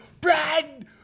Brad